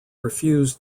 refused